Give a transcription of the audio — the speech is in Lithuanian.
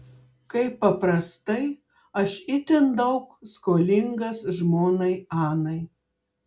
kaip paprastai aš itin daug skolingas žmonai anai